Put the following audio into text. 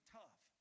tough